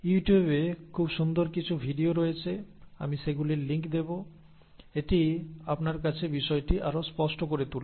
ইউটিউবে খুব সুন্দর কিছু ভিডিও রয়েছে আমি সেগুলির লিঙ্ক দেব এটি আপনার কাছে বিষয়টি আরও স্পষ্ট করে তুলবে